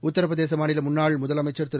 உத்தரபிரதேச மாநில முன்னாள் முதலமைச்சர் திரு